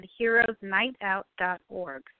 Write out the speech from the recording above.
heroesnightout.org